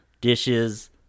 Dishes